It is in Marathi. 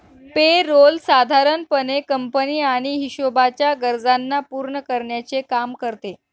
पे रोल साधारण पणे कंपनी आणि हिशोबाच्या गरजांना पूर्ण करण्याचे काम करते